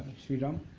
shriram.